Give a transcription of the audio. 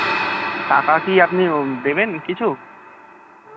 টাকা কি আপনি দেবেন কিছু